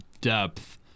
depth